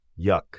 Yuck